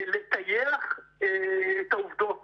לטייח את העובדות